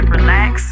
Relax